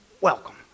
Welcome